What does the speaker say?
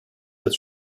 that